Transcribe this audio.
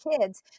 kids